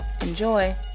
Enjoy